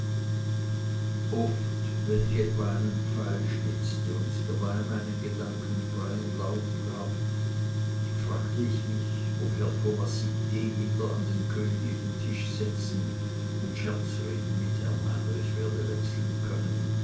oft wann ich etwa einen pfeil schnitzte und dabei meinen gedanken freien lauf gab fragte ich mich ob herr thomas sich je wieder an den königlichen tisch setzen und scherzreden mit herrn heinrich werde wechseln können